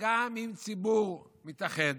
שגם אם ציבור מתאחד